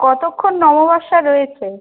কতক্ষণ অমবস্যা রয়েছে